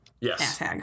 yes